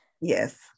Yes